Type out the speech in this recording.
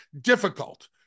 difficult